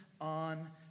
on